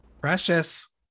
Precious